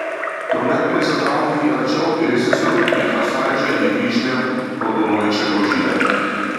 tuomet prisitrauk jį arčiau ir įsisiurbk į tą saldžią lyg vyšnia raudonuojančią grožybę